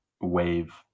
wave